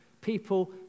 people